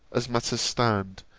as matters stand,